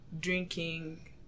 drinking